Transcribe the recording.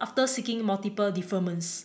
after seeking multiple deferments